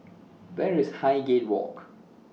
Where IS Highgate Walk